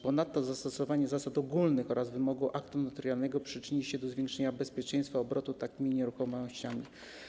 Ponadto stosowanie zasad ogólnych oraz wymaganie aktu notarialnego przyczyni się do zwiększenia bezpieczeństwa obrotu takimi nieruchomościami.